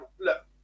look